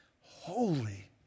Holy